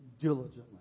diligently